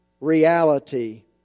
reality